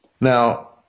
Now